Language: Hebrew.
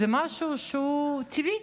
זה משהו שהוא טבעי.